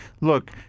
Look